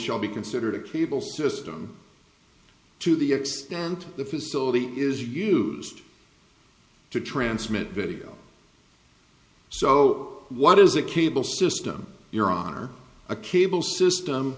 shall be considered a cable system to the extent the facility is used to transmit video so what is a cable system your honor a cable system